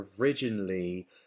originally